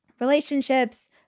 Relationships